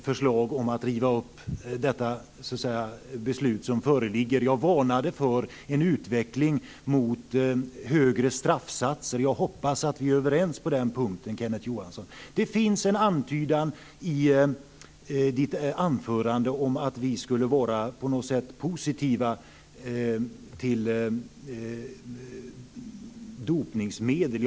Fru talman! Vi har inget aktuellt förslag om att riva upp detta beslut. Jag varnade för en utveckling mot högre straffsatser, och jag hoppas att vi är överens på den punkten, Det finns en antydan i Kenneth Johanssons anförande om att vi på något sätt skulle vara positiva till dopningsmedel.